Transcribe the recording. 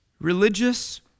Religious